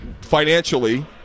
financially